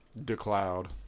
DeCloud